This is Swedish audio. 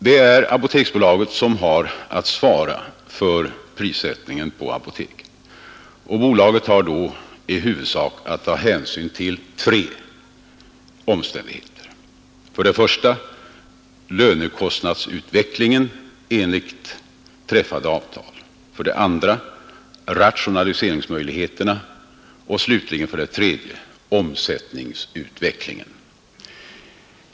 Det är Apoteksbolaget som har att svara för prissättningen på apoteken, och bolaget har då i huvudsak att ta hänsyn till tre omständigheter: 1) Lönekostnadsutvecklingen enligt träffade avtal, 2) Rationaliseringsmöjligheterna och 3) Omsättningsutvecklingen.